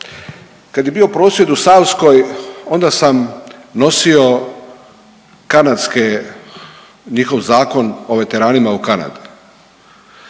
Kada je bio prosvjed u Savskoj onda sam nosio kanadske, njihov Zakon o veteranima u Kanadi.